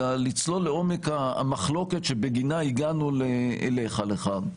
אלא לצלול לעומק המחלוקת שבגינה הגענו אליך לכאן.